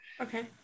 Okay